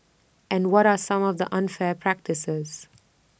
and what are some of the unfair practices